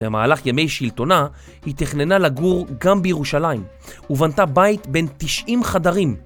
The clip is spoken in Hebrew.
במהלך ימי שלטונה היא תכננה לגור גם בירושלים ובנתה בית בן 90 חדרים